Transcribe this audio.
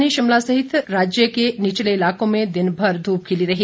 राजधानी शिमला सहित राज्य के निचले इलाकों में दिनभर धूप खिली रही